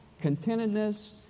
contentedness